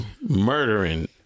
Murdering